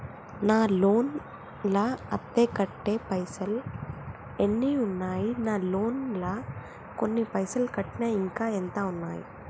నా లోన్ లా అత్తే కట్టే పైసల్ ఎన్ని ఉన్నాయి నా లోన్ లా కొన్ని పైసల్ కట్టిన ఇంకా ఎంత ఉన్నాయి?